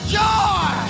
joy